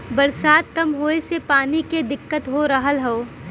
बरसात कम होए से पानी के दिक्कत हो रहल हौ